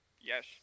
Yes